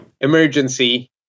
emergency